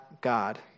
God